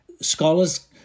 scholars